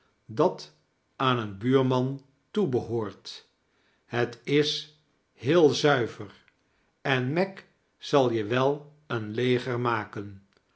dat aan een buurman toebehoort het is heel zuiver en meg zal je wel een leger maken